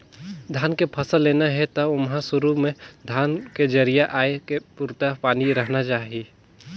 धान के फसल लेना हे त ओमहा सुरू में धान के जरिया आए के पुरता पानी रहना चाही